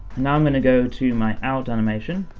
now i'm gonna go to my out animation,